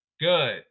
Good